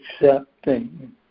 Accepting